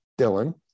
Dylan